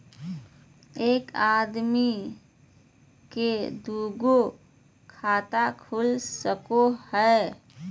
एक आदमी के दू गो खाता खुल सको है?